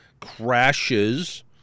crashes